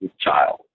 child